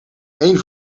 één